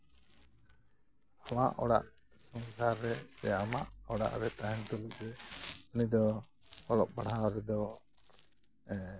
ᱟᱢᱟᱜ ᱚᱲᱟᱜ ᱥᱚᱝᱥᱟᱨ ᱨᱮ ᱥᱮ ᱟᱢᱟᱜ ᱚᱲᱟᱜ ᱨᱮ ᱛᱟᱦᱮᱱ ᱛᱩᱞᱩᱡ ᱜᱮ ᱩᱱᱤ ᱫᱚ ᱚᱞᱚᱜ ᱯᱟᱲᱦᱟᱣ ᱨᱮᱫᱚ